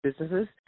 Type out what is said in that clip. businesses